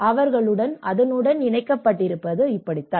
அவர்கள் அதனுடன் இணைக்கப்பட்டிருப்பது அப்படித்தான்